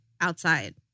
outside